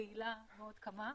תהילה ועוד כמה.